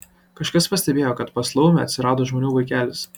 kažkas pastebėjo kad pas laumę atsirado žmonių vaikelis